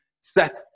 set